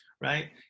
right